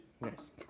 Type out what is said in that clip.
Nice